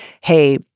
hey